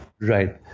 Right